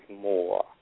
more